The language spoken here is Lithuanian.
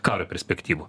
karo perspektyvų